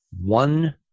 one